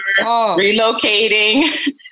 relocating